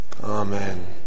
Amen